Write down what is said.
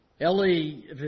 Ellie